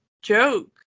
joke